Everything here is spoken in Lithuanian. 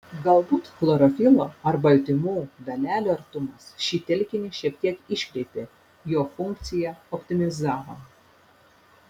galbūt chlorofilo ar baltymų dalelių artumas šį telkinį šiek tiek iškreipė jo funkciją optimizavo